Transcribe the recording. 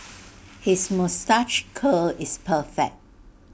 his moustache curl is perfect